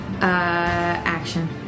action